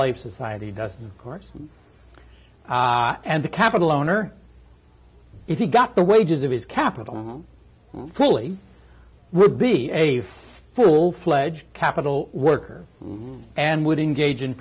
slave society doesn't course and the capital owner if he got the wages of his capital fully would be a full fledged capital worker and would engage in